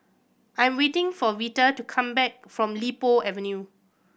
I'm waiting for Vita to come back from Li Po Avenue